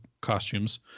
costumes